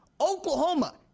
Oklahoma